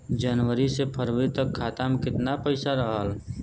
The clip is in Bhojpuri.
जनवरी से फरवरी तक खाता में कितना पईसा रहल?